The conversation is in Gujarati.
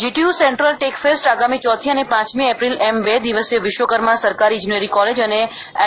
જીટીયુ સેન્ટ્રલ ટેકફેસ્ટ આગામી ચોથી અને પાંચમી એપ્રિલ એમ બે દિવસીય વિશ્વકર્મા સરકારી ઇજનેરી કોલેજ અને એલ